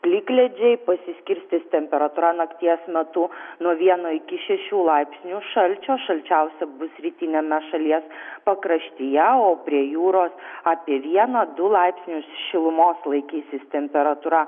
plikledžiai pasiskirstys temperatūra nakties metu nuo vieno iki šešių laipsnių šalčio šalčiausia bus rytiniame šalies pakraštyje o prie jūros apie vieną du laipsnius šilumos laikysis temperatūra